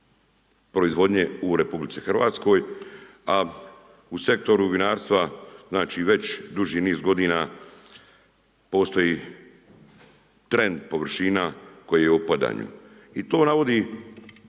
proizvodnje u RH, a u sektoru vinarstva, već duži niz godina, postoji trend, površina, koja je u opadanju. I to navodi